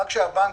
רק שהבנקים,